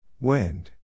Wind